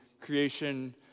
creation